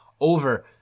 over